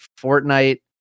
Fortnite